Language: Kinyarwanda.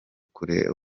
kure